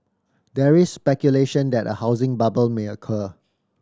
there is speculation that a housing bubble may occur